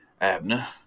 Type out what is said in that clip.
Abner